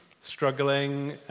struggling